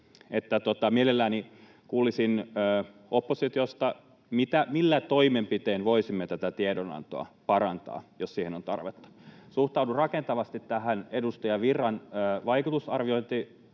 mielelläni kuulisin oppositiosta, millä toimenpitein voisimme tätä tiedonantoa parantaa, jos siihen on tarvetta. Suhtaudun rakentavasti tähän edustaja Virran vaikutusarviointiesitykseen.